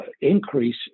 increase